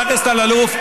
חבר הכנסת אלאלוף,